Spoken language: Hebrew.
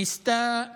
ניסתה חיסול,